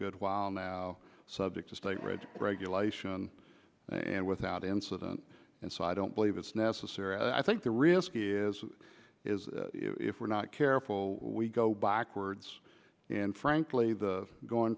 good while now subject to state rates regulation and without incident and so i don't believe it's necessary i think the risk is if we're not careful we go backwards and frankly the going